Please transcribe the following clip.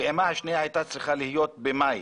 הפעימה השנייה הייתה צריכה להיות במאי,